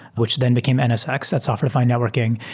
which then became nsx, that's software-defined networking.